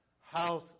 house